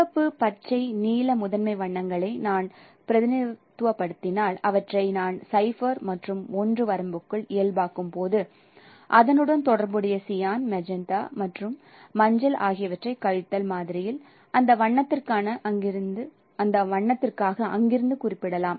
சிவப்பு பச்சை நீல முதன்மை வண்ணங்களை நான் பிரதிநிதித்துவப்படுத்தினால் அவற்றை நான் 0 மற்றும் 1 வரம்பிற்குள் இயல்பாகும் போது அதனுடன் தொடர்புடைய சியான் மெஜந்தா மற்றும் மஞ்சள் ஆகியவற்றைக் கழித்தல் மாதிரியில் அந்த வண்ணத்திற்காக அங்கிருந்து குறிப்பிடலாம்